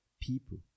people